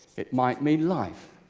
it might mean life.